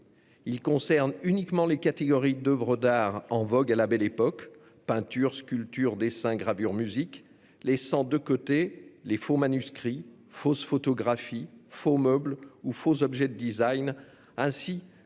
Il concerne uniquement les catégories d'oeuvres d'art en vogue à la Belle Époque- peinture, sculpture, dessin, gravure, musique -et laisse de côté les faux manuscrits, fausses photographies, faux meubles ou faux objets de design, ainsi que les oeuvres d'art